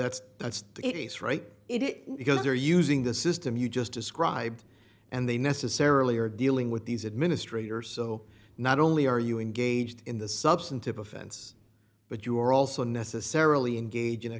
that's that's the case right it because they're using the system you just described and they necessarily are dealing with these administrators so not only are you engaged in the substantive offense but you are also necessarily engage in a